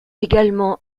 également